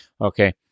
Okay